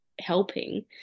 helping